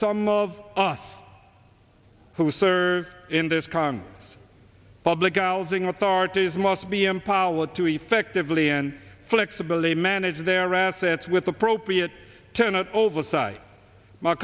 some of us who serve in this current public outing authorities must be empowered to effectively and flexibility manage their assets with appropriate tenant oversight m